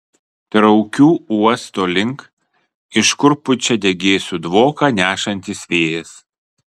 traukiu uosto link iš kur pučia degėsių dvoką nešantis vėjas